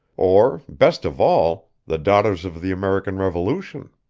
or, best of all, the daughters of the american revolution.